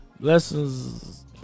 Lessons